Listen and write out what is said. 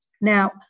Now